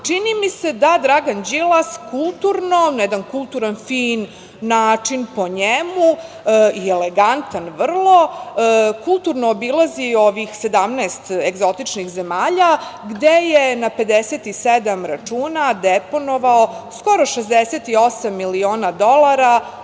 čini mi se da Dragan Đilas kulturno, na jedan kulturan fin način, po njemu, i elegantan vrlo kulturno obilazi ovih 17 egzotičnih zemalja gde je na 57 računa deponovao skoro 68 miliona dolara